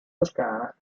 toscana